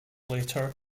later